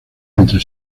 entre